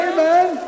Amen